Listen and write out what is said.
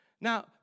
Now